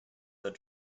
that